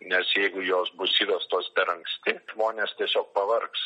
nes jeigu jos bus įvestos per anksti žmonės tiesiog pavargs